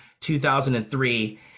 2003